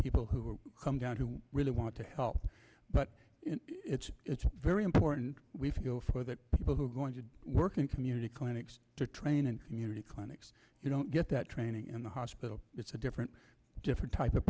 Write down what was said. people who come down who really want to help but it's very important for the people who are going to work in community clinics to train and community clinics you don't get that training in the hospital it's a different different type of